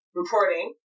reporting